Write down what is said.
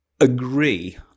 agree